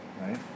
right